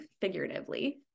figuratively